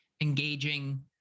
Engaging